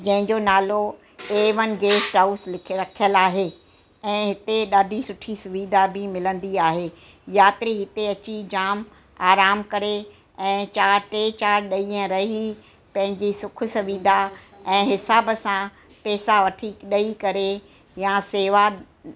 जंहिंजो नालो A one guest house लिख रखियल आहे ऐं हिते ॾाढी सुठी सुविधा बि मिलंदी आहे यात्री हिते अची जाम आराम करे ऐं चार टे चार ॾींहं रही पंहिंजी सुख सुविधा ऐं हिसाब सां पैसा वठी ॾई करे या सेवा